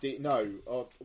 No